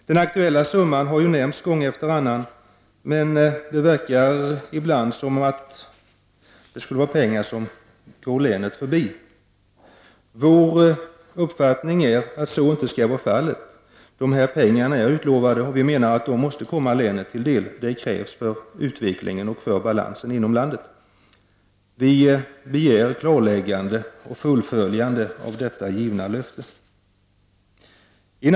Den aktuella summan har ju nämnts gång efter annan, men det verkar ibland som om pengarna skulle gå länet förbi. Vår uppfattning är att så inte skall ske. Pengarna är utlovade, och vi menar att de måste komma länet till del. Det krävs för utvecklingen och balansen inom landet. Vi begär ett klarljggande och ett fullföljande av detta givna löfte.